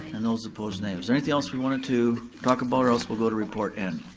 and those opposed, nay. is there anything else we wanted to talk about, or else we'll go to report n.